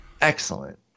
excellent